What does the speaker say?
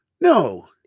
no